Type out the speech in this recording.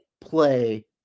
play